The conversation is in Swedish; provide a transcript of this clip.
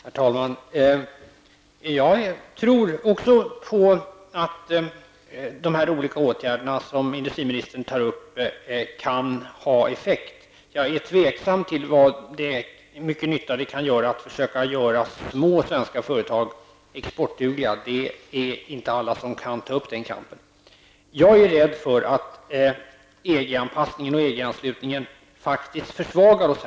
Herr talman! Jag tror också att de olika åtgärder som industriministern tar upp kan ha en effekt. Jag är tveksam till hur mycket nytta vi kan göra för att försöka göra små svenska företag exportdugliga. Det är inte alla företag som kan ta upp den kampen. Jag är rädd för att EG-anpassningen och EG anslutningen faktiskt försvagar oss.